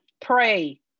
pray